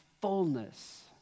fullness